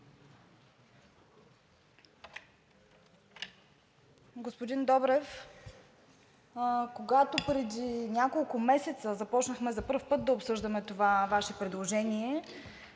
Господин Добрев, когато преди няколко месеца започнахме за първи път да обсъждаме това Ваше предложение,